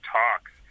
talks